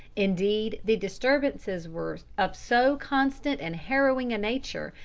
indeed, the disturbances were of so constant and harrowing a nature,